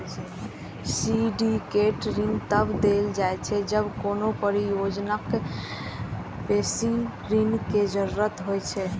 syndicate ऋण तब देल जाइ छै, जब कोनो परियोजना कें बेसी ऋण के जरूरत होइ छै